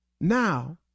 Now